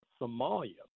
Somalia